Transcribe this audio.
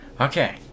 Okay